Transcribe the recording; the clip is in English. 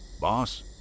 boss